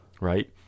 right